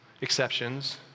exceptions